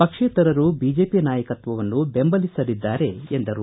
ಪಕ್ಷೇತರರು ಬಿಜೆಪಿ ನಾಯಕತ್ವವನ್ನು ಬೆಂಬಲಿಸಲಿದ್ದಾರೆ ಎಂದರು